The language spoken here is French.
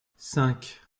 cinq